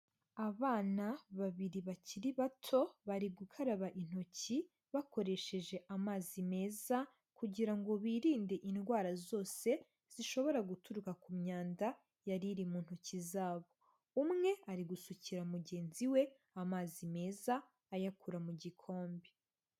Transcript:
Abana babiri bakiri bato bari gukaraba intoki, bakoresheje amazi meza kugira ngo birinde indwara zose, zishobora guturuka ku myanda, yari iri mu ntoki zabo, umwe ari gusukira mugenzi we amazi meza ayakura mu gikombe.